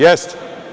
Jeste.